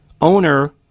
owner